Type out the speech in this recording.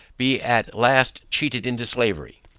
be at last cheated into slavery.